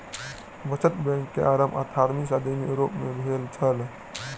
बचत बैंक के आरम्भ अट्ठारवीं सदी में यूरोप में भेल छल